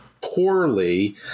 poorly